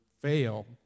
fail